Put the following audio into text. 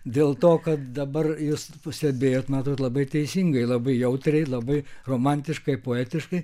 dėl to kad dabar jūs pastebėjot matot labai teisingai labai jautriai labai romantiškai poetiškai